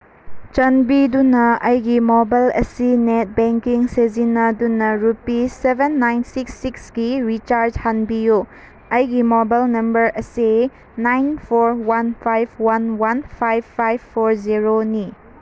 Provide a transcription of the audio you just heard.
ꯆꯥꯟꯕꯤꯗꯨꯅ ꯑꯩꯒꯤ ꯃꯣꯕꯥꯏꯜ ꯑꯁꯤ ꯅꯦꯠ ꯕꯦꯡꯀꯤꯡ ꯁꯤꯖꯤꯟꯅꯗꯨꯅ ꯔꯨꯄꯤꯁ ꯁꯕꯦꯟ ꯅꯥꯏꯟ ꯁꯤꯛꯁ ꯁꯤꯛꯁꯀꯤ ꯔꯤꯆꯥꯔꯖ ꯍꯥꯟꯕꯤꯌꯨ ꯑꯩꯒꯤ ꯃꯣꯕꯥꯏꯜ ꯅꯝꯕꯔ ꯑꯁꯤ nine four one five one one five five four ꯖꯤꯔꯣꯅꯤ